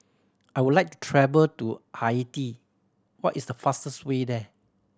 I would like to travel to Haiti what is the fastest way there